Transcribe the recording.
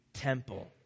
temple